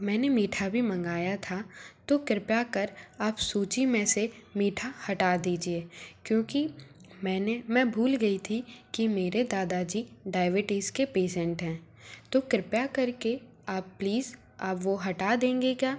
मैने मीठा भी मँगाया था तो कृपया कर आप सूजी में से मीठा हटा दीजिए क्योंकि मैने मैं भूल गई थी कि मेरे दादा जी डायबटीज़ के पेसेन्ट हैं तो कृपया करके आप प्लीज़ आप वह हटा देंगे क्या